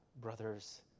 brothers